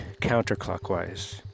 counterclockwise